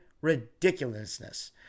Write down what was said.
Ridiculousness